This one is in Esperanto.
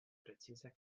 precize